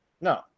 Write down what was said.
No